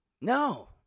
No